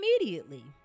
Immediately